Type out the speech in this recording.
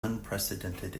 unprecedented